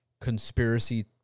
conspiracy